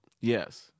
Yes